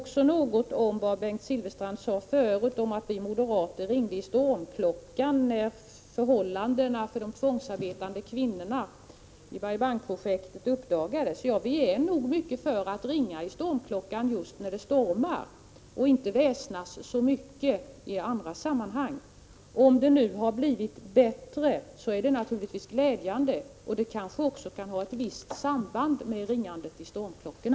Tidigare sade Bengt Silfverstrand att vi moderater ringde i stormklockan, när förhållandena för de tvångsarbetande kvinnorna i Bai Bang-projektet uppdagades. Ja, vi moderater är nog mycket för att ringa i stormklockan just när det stormar men inte för att väsnas så mycket i andra sammanhang. Om det nu har blivit bättre är det naturligtvis glädjande. Det kan kanske ha ett visst samband med ringandet i stormklockan.